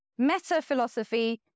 metaphilosophy